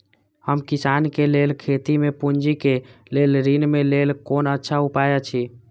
हम किसानके लेल खेती में पुंजी के लेल ऋण के लेल कोन अच्छा उपाय अछि?